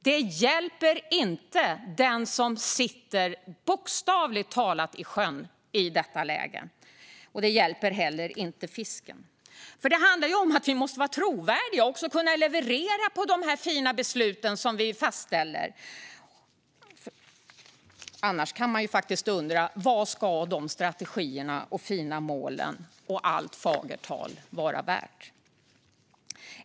Det hjälper inte den som i detta läge bokstavligt talat sitter i sjön. Det hjälper heller inte fisken. Det handlar om att vi måste vara trovärdiga och också kunna leverera på de fina beslut som vi fastställer. Annars kan man ju faktiskt undra vad strategierna, de fina målen och allt fagert tal är värt.